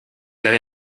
avez